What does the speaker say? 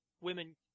women